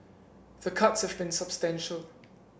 the cuts have been substantial